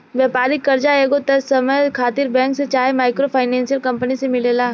व्यापारिक कर्जा एगो तय समय खातिर बैंक से चाहे माइक्रो फाइनेंसिंग कंपनी से मिलेला